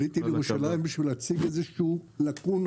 עליתי לירושלים בשביל להציג איזושהי לקונה